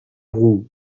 roue